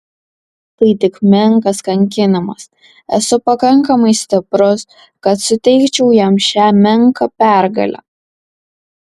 tai tik menkas kankinimas esu pakankamai stiprus kad suteikčiau jam šią menką pergalę